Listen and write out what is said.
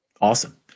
Awesome